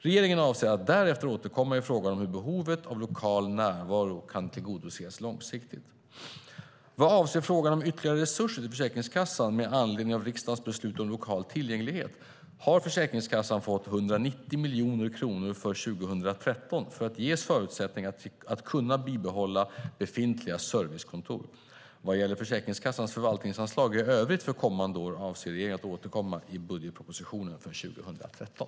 Regeringen avser att därefter återkomma i frågan om hur behovet av lokal närvaro kan tillgodoses långsiktigt. Vad avser frågan om ytterligare resurser till Försäkringskassan med anledning av riksdagens beslut om lokal tillgänglighet har Försäkringskassan fått 190 miljoner kronor för 2013 för att ges förutsättningar att kunna behålla befintliga servicekontor. Vad gäller Försäkringskassans förvaltningsanslag i övrigt för kommande år avser regeringen att återkomma i budgetpropositionen för 2013.